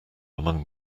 among